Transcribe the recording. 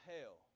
hell